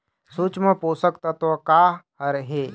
सूक्ष्म पोषक तत्व का हर हे?